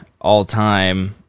all-time